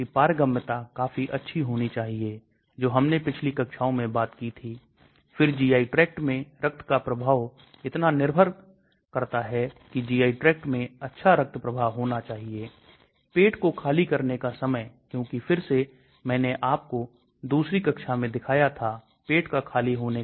यदि आप अच्छा क्लीनिकल उम्मीदवार लेते हैं उनके पास गतिविधि और गुणों के बीच संतुलन होना चाहिए जो बहुत बहुत महत्वपूर्ण गतिविधि और गुण है